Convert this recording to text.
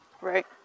Right